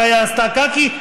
קאיה עשתה קקי,